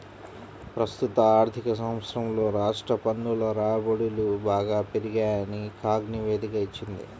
ప్రస్తుత ఆర్థిక సంవత్సరంలో రాష్ట్ర పన్నుల రాబడులు బాగా పెరిగాయని కాగ్ నివేదిక ఇచ్చింది